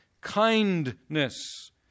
kindness